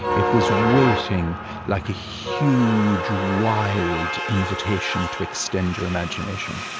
it was waiting like a huge, wild invitation to extend your imagination.